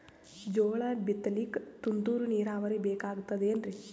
ಜೋಳ ಬಿತಲಿಕ ತುಂತುರ ನೀರಾವರಿ ಬೇಕಾಗತದ ಏನ್ರೀ?